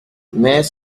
mais